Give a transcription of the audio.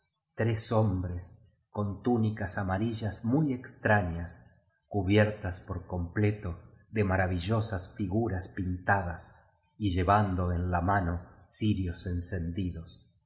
tres hombres con túnicas amarillas muy ex trañas cubiertas por completo de maravillosas figuras pinta das y llevando en la mano cirios encendidos